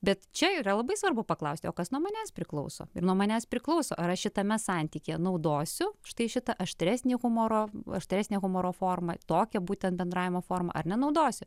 bet čia yra labai svarbu paklausti o kas nuo manęs priklauso ir nuo manęs priklauso ar aš šitame santykyje naudosiu štai šitą aštresnį humoro aštresnę humoro formą tokią būtent bendravimo formą ar nenaudosiu